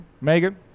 Megan